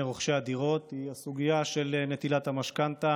רוכשי הדירות היא הסוגיה של נטילת המשכנתה